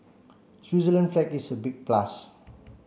Switzerland's flag is a big plus